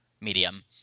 medium